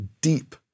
deep